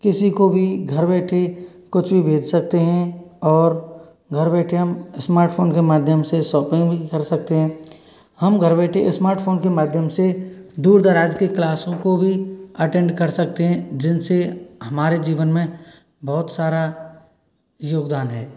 किसी को भी घर बैठे कुछ भी भेज सकते हैं और घर बैठे हम स्मार्टफ़ोन के माध्यम से शॉपिंग भी कर सकते हैं हम घर बैठे स्मार्टफ़ोन के माध्यम से दूर दराज के क्लासों को भी अटेंड कर सकते हैं जिनसे हमारे जीवन में बहुत सारा योगदान है